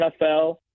NFL